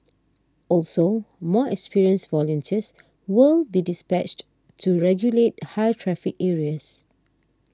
also more experienced volunteers will be dispatched to regulate high traffic areas